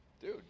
dude